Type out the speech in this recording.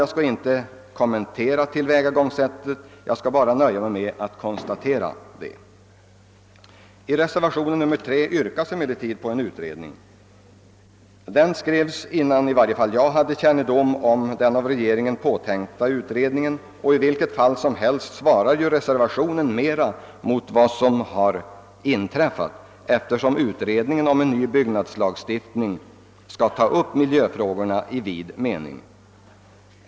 Jag skall inte kommentera detta tillvägagångssätt, utan jag nöjer mig med att konstatera det. I reservationen 3 yrkas emellertid på en utredning. Denna reservation skrevs innan åtminstone jag hade kännedom om den av regeringen påtänkta utredningen, men i vilket fall som helst stämmer reservationen bättre med vad som nu har inträffat än utskottets uttalande gör; utredningen om en ny byggnadslagstiftning skall ju behandla även miljöfrågor i vid mening.